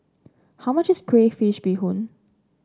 how much is Crayfish Beehoon